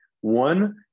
one